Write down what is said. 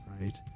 right